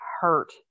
hurt